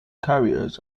carriers